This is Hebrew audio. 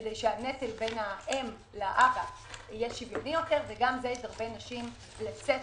כדי שהנטל בין האם לאב יהיה שוויוני יותר וגם זה ידרבן נשים לצאת